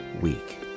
week